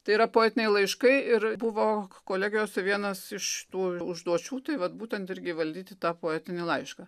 tai yra poetiniai laiškai ir buvo kolegijose vienas iš tų užduočių tai vat būtent irgi įvaldyti tą poetinį laišką